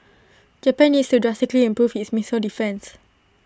Japan needs to drastically improve its missile defence